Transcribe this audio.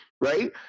right